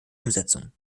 umsetzung